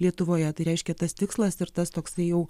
lietuvoje tai reiškia tas tikslas ir tas toksai jau